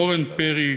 אורן פרי הר,